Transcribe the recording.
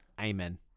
amen